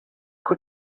too